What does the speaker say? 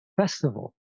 festival